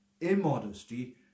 Immodesty